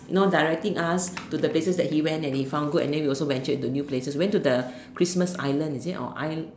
you know directing us to the places that he went and he found go and then we also venture into the new places went to the Christmas-island is it or isle